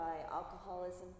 alcoholism